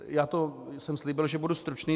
Já jsem slíbil, že budu stručný.